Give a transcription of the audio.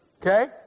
Okay